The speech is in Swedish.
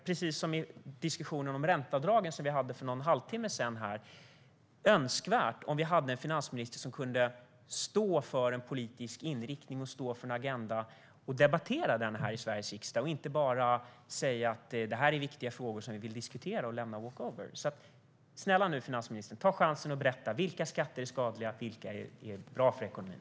Precis som i diskussionen om ränteavdragen, som vi hade för en halvtimme sedan, vore det önskvärt om vi hade en finansminister som kunde stå för en politisk inriktning, för en agenda, och debattera den här i Sveriges riksdag och inte bara säga att detta är viktiga frågor som man vill diskutera och sedan lämna walkover. Snälla finansministern, ta nu chansen och berätta vilka skatter som är skadliga och vilka som är bra för ekonomin!